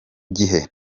gihe